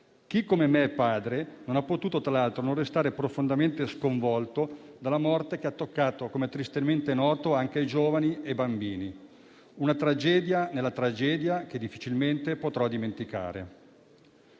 Chi, come me, è padre non ha potuto non restare profondamente sconvolto dalla morte che ha toccato, come tristemente noto, anche giovani e bambini: una tragedia nella tragedia, che difficilmente potrà dimenticare.